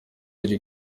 yari